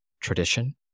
tradition